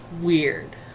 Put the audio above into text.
weird